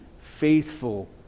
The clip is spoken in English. faithful